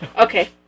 Okay